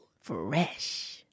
fresh